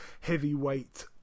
heavyweight